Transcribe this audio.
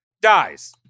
dies